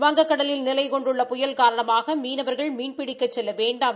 வங்கக்கூலில் நிலை கொண்டுள்ள புயல் காரணமாக மீனவர்கள் மீன்பிடிக்கச் செல்ல வேண்டாம்